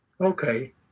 Okay